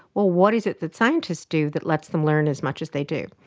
well, what is it that scientists do that lets them learn as much as they do?